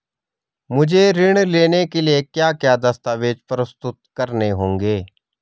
मुझे ऋण लेने के लिए क्या क्या दस्तावेज़ प्रस्तुत करने होंगे?